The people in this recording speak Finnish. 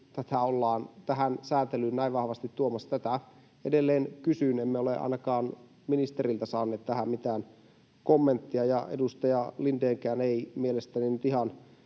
tätä ollaan tähän säätelyyn näin vahvasti tuomassa, tätä edelleen kysyn. Emme ole ainakaan ministeriltä saaneet tähän mitään kommenttia, ja edustaja Lindénkään ei mielestäni nyt